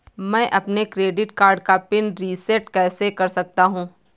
मैं अपने credit card का पिन रिसेट कैसे कर सकता हूँ?